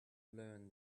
learn